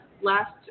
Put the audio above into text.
last